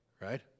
Right